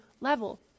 level